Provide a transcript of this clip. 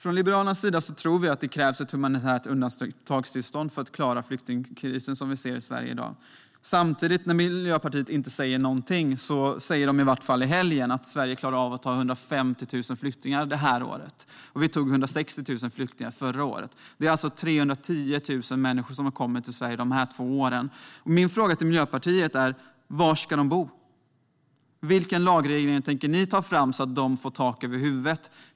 Från Liberalernas sida tror vi att det krävs ett humanitärt undantagstillstånd för att klara flyktingkrisen som vi ser i Sverige i dag. Miljöpartiet säger inte mycket, men i helgen sa de i varje fall att Sverige klarar av att ta emot 150 000 flyktingar det här året. Vi tog emot 160 000 flyktingar förra året. Det är alltså 310 000 människor till Sverige under de här två åren. Mina frågor till Miljöpartiet är: Var ska de bo? Vilken lagändring tänker ni ta fram så att de får tak över huvudet?